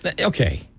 okay